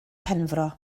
penfro